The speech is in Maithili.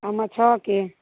हमर छओ के